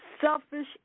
selfish